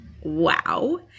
wow